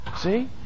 See